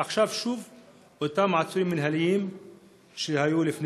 ועכשיו אלה שהיו עצורים מינהליים לפני